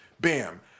bam